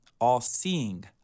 all-seeing